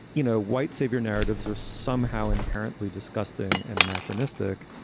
you know, white savior narratives are somehow inherently disgusting and anachronistic.